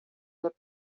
get